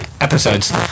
episodes